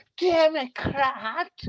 Democrat